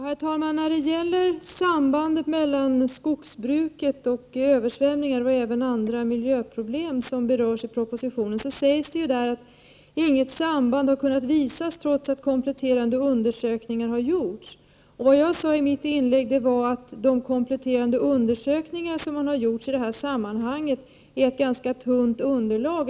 Herr talman! När det gäller sambandet mellan skogsbruket och översvämningar samt andra miljöproblem som berörs i propositionen sägs i denna att inget samband har kunnat visas trots att kompletterande undersökningar har gjorts. Vad jag sade i mitt inlägg var att de kompletterande undersökningar man gjort i detta sammanhang är ett ganska tunt underlag.